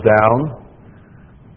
down